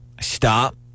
Stop